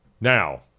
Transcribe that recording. Now